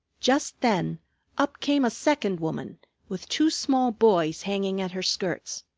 just then up came a second woman with two small boys hanging at her skirts.